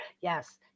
yes